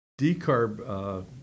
decarb